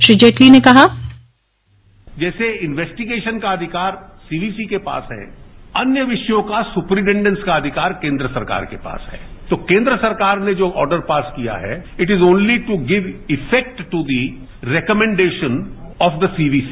श्री जेटली ने कहा जैसे इंवेस्टीगेशन का अधिकार सीवीसी के पास है अन्य विषयों का सुपरिटेंडेंश का अधिकार केन्द्र सरकार के पास है तो केन्द्र सरकार ने जो ऑर्डर पास किया है it is only to give effect to the recommendation of the CVC